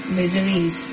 miseries